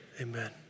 Amen